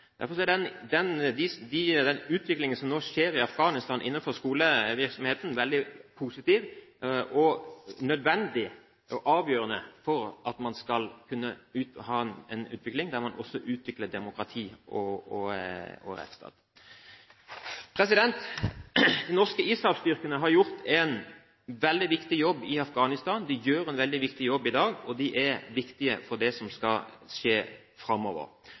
Derfor er den utviklingen som nå skjer i Afghanistan innen skolevirksomheten, veldig positiv, nødvendig og avgjørende for at man skal kunne ha en utvikling av et demokrati og en rettsstat. De norske ISAF-styrkene har gjort en veldig viktig jobb i Afghanistan. De gjør en veldig viktig jobb i dag, og de er viktige for det som skal skje framover.